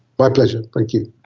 my pleasure, thank you.